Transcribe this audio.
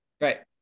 right